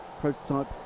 prototype